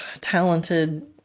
talented